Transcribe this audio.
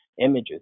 images